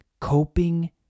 Coping